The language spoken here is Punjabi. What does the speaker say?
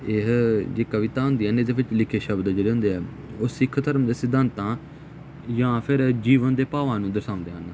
ਇਹ ਜੀ ਕਵਿਤਾ ਹੁੰਦੀਆਂ ਨੇ ਇਹਦੇ ਵਿੱਚ ਲਿਖੇ ਸ਼ਬਦ ਜਿਹੜੇ ਹੁੰਦੇ ਆ ਉਹ ਸਿੱਖ ਧਰਮ ਦੇ ਸਿਧਾਂਤਾਂ ਜਾਂ ਫਿਰ ਜੀਵਨ ਦੇ ਭਾਵਾਂ ਨੂੰ ਦਰਸਾਉਂਦੇ ਹਨ